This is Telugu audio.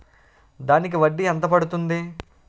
దానికి వడ్డీ ఎంత పడుతుంది?